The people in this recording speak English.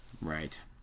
Right